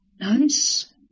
nice